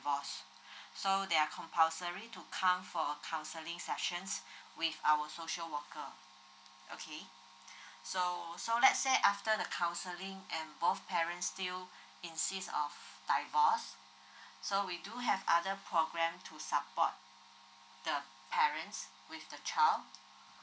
so they are compulsory to comefor a counselling session with our social worker okay so so let's say after the counselling and both parents still insist of divorce so we do have other programme to support the parents with the child